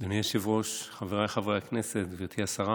אדוני היושב-ראש, חבריי חברי הכנסת, גברתי השרה,